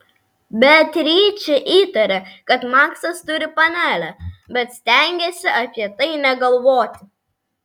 beatričė įtarė kad maksas turi panelę bet stengėsi apie tai negalvoti